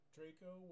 Draco